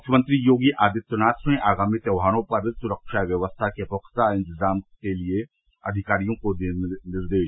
मुख्यमंत्री योगी आदित्यनाथ ने आगामी त्योहारों पर सुरक्षा व्यवस्था के पुख्ता इंतजाम करने के लिये अधिकारियों को दिये निर्देश